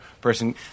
person